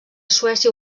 suècia